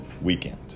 weekend